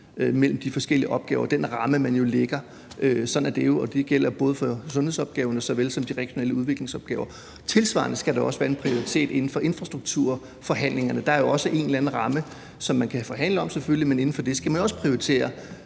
mellem de forskellige opgaver og den ramme, man jo lægger. Sådan er det, og det gælder både for sundhedsopgaverne såvel som de regionale udviklingsopgaver. Tilsvarende skal der også være en prioritet inden for infrastrukturforhandlingerne. Der er jo også en eller anden ramme, som man kan forhandle om selvfølgelig, men inden for det skal man også prioritere